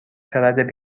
خرد